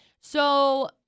So-